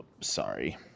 sorry